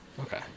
Okay